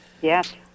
Yes